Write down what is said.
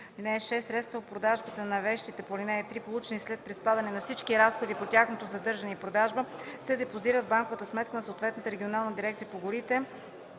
горите. (6) Средствата от продажбата на вещите по ал. 3, получени след приспадане на всички разходи по тяхното задържане и продажба, се депозират в банкова сметка на съответната регионална дирекция по горите: